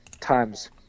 times